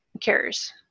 CARES